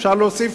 אפשר להוסיף